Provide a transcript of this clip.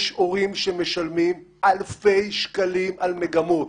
יש הורים שמשלמים אלפי שקלים על מגמות.